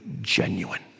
genuine